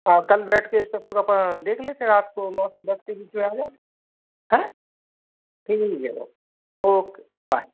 हाँ कल बैठ के इसको पूरा अपन देख लेते हैं रात को नौ से दस के बीच में आ जाओ हैं ठीक है ओके बाय